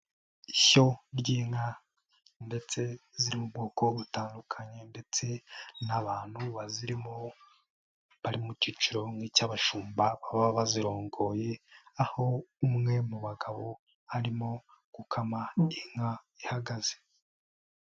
Ishyo ry'inka ndetse ziri mu bwoko butandukanye ndetse n'abantu bazirimo bari mu cyiciro kimwe cy'abashumba, baba bazirongoye aho umwe mu bagabo arimo gukama inka ihagaze.